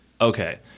okay